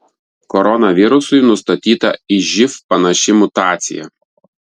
koronavirusui nustatyta į živ panaši mutacija